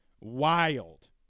Wild